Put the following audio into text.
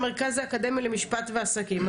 המרכז האקדמי למשפט ועסקים.